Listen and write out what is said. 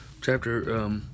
chapter